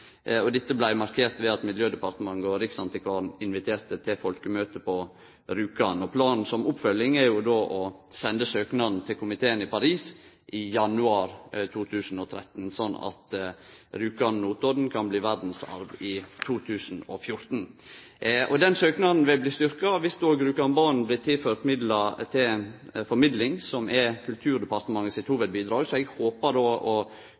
Dette blei markert ved at Miljøverndepartementet og riksantikvaren inviterte til eit folkemøte på Rjukan. Planen for oppfølging er jo då å sende søknaden til komiteen i Paris i januar 2013, sånn at Rjukan/Notodden kan bli verdsarv i 2014. Den søknaden vil bli styrkt dersom òg Rjukanbanen blir tilførd midlar til formidling, som er Kulturdepartementet sitt